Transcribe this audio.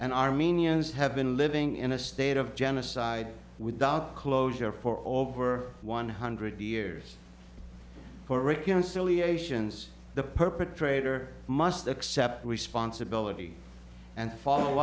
and armenians have been living in a state of genocide without closure for over one hundred years for reconciliations the perpetrator must accept responsibility and follow